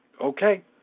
Okay